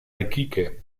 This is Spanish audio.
iquique